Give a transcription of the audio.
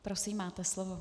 Prosím, máte slovo.